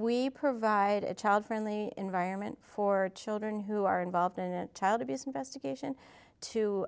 we provide a child friendly environment for children who are involved in child abuse investigation to